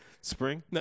Spring